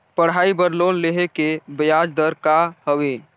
पढ़ाई बर लोन लेहे के ब्याज दर का हवे?